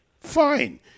Fine